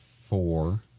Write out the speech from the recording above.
four